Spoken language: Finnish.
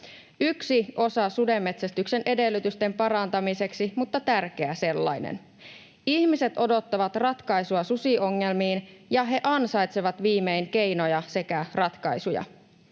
yksi osa sudenmetsästyksen edellytysten parantamiseksi, mutta tärkeä sellainen. Ihmiset odottavat ratkaisua susiongelmiin, ja he ansaitsevat viimein keinoja sekä ratkaisuja.